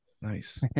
Nice